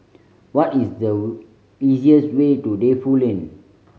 what is the easiest way to Defu Lane